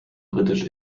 britisch